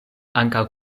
ankaŭ